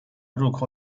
入口